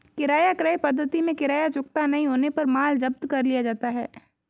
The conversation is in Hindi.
किराया क्रय पद्धति में किराया चुकता नहीं होने पर माल जब्त कर लिया जाता है